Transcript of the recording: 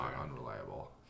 unreliable